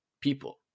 people